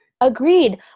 Agreed